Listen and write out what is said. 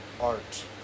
art